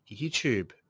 youtube